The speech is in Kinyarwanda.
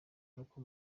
n’uko